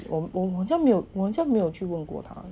我很想没有去问过他